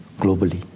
globally